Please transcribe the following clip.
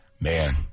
Man